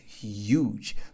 huge